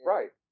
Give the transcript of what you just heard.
Right